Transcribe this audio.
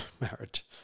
marriage